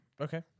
okay